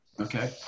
Okay